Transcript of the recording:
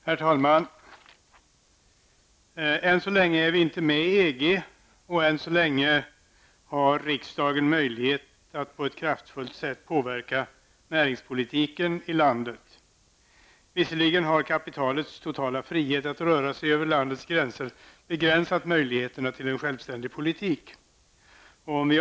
Herr talman! Än så länge är vi inte med i EG, och än så länge har riksdagen möjligheter att på ett kraftfullt sätt påverka näringspolitiken i landet. Kapitalets totala frihet att röra sig över landets gränser har visserligen begränsat möjligheterna till en självständig politik.